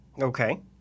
Okay